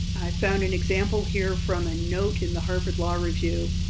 found an example here from a note in the harvard law review,